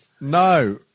No